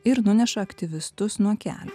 ir nuneša aktyvistus nuo kelio